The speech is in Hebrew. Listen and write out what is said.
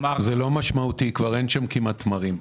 זה לא משמעותי, כבר אין שם כמעט תמרים.